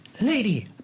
Lady